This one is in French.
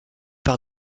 par